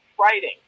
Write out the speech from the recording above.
writing